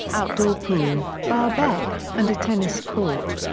outdoor pool, bbq, and a tennis court.